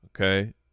Okay